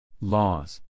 Laws